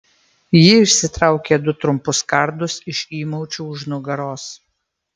ji išsitraukė du trumpus kardus iš įmaučių už nugaros